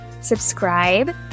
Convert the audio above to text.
subscribe